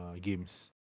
games